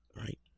Right